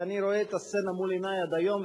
אני רואה את הסצנה מול עיני עד היום,